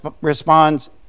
responds